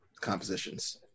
compositions